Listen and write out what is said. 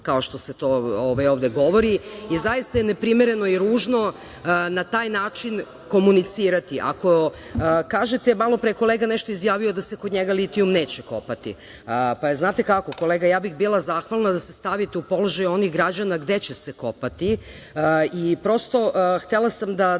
kao što se to ovde govori. Zaista je neprimereno i ružno na taj način komunicirati. Ako kažete, malopre je kolega nešto izjavio da se kod njega litijum neće kopati, pa, znate kako, kolega, ja bih bila zahvalna da se stavite u položaj onih građana gde će se kopati. Prosto, htela sam da